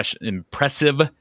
impressive